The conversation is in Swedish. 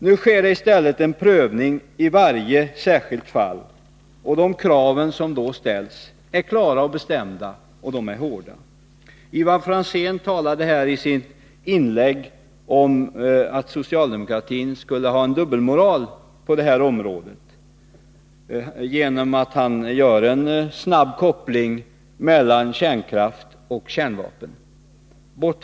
Nu sker i stället en prövning i varje särskilt fall. De krav som då ställs är klara och bestämda — och de är hårda. Ivar Franzén talade i sitt inlägg om socialdemokraternas dubbelmoral på detta område genom att göra en snabb koppling mellan kärnkraft och kärnvapen.